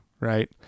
right